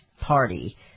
party